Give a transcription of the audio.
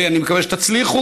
ואני מקווה שתצליחו,